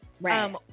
Right